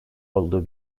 olduğu